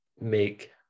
make